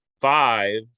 five